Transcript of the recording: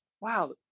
wow